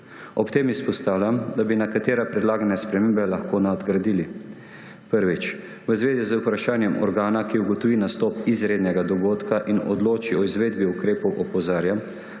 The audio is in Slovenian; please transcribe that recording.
Ob tem izpostavljam, da bi nekatere predlagane spremembe lahko nadgradili. Prvič. V zvezi z vprašanjem organa, ki ugotovi nastop izrednega dogodka in odloči o izvedbi ukrepov, opozarjam,